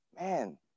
man